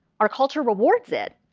our culture rewards it.